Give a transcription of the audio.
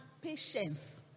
patience